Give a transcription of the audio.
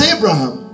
Abraham